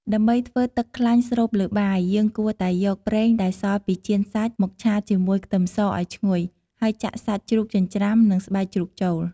ដើម្បីធ្វើទឹកខ្លាញ់ស្រូបលើបាយ យើងគួរតែយកប្រេងដែលសល់ពីចៀនសាច់មកឆាជាមួយខ្ទឹមសឱ្យឈ្ងុយ ហើយចាក់សាច់ជ្រូកចិញ្ច្រាំនិងស្បែកជ្រូកចូល។